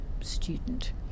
student